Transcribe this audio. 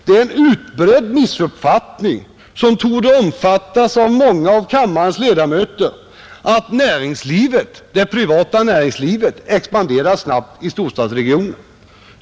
Det är en utbredd missuppfattning som torde omfattas av många av kammarens ledamöter att näringslivet expanderar snabbt i storstadsregionerna.